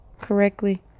correctly